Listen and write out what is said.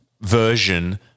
version